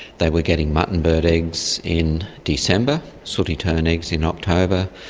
they were getting mutton bird eggs in december, sooty tern eggs in october.